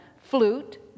flute